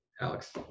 Alex